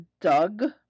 Doug